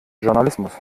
journalismus